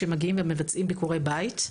שמגיעים ומבצעים ביקורי בית,